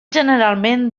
generalment